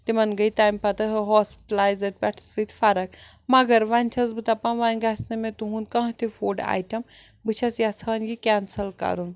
تِمَن گٔے تَمہِ پَتہٕ ہاسپِٹَلایزڈ پٮ۪ٹھٕ سۭتۍ فَرق مگر وَنۍ چھَس بہٕ دَپان وَنۍ گژھِ نہٕ مےٚ تُہُنٛد کانٛہہ تہِ فُڈ آیٹم بہٕ چھَس یَژھان یہِ کٮ۪نسَل کَرُن